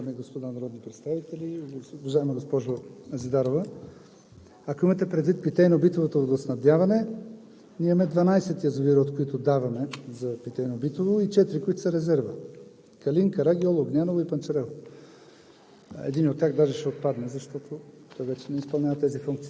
Уважаеми господин Председател, уважаеми дами и господа народни представители! Уважаема госпожо Зидарова, ако имате предвид питейно-битовото водоснабдяване, ние имаме 12 язовира, от които даваме за питейно битово, и четири, които са резерва: „Калин“, „Карагьол“, „Огняново“ и „Панчарево“.